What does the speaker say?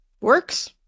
works